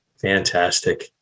Fantastic